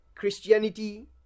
Christianity